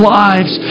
lives